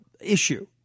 issue